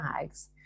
bags